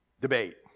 debate